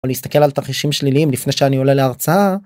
‫או להסתכל על תרחישים שליליים ‫לפני שאני עולה להרצאה.